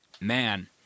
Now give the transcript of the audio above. man